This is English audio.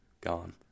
Gone